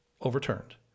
overturned